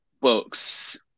books